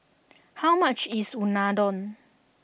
how much is Unadon